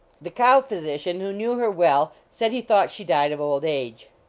the cow physician, who knew her well, said he thought she died of old age.